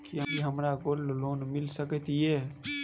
की हमरा gold loan मिल सकैत ये?